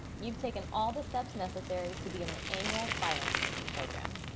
you've taken all the steps necessary to be in the annual filing season program.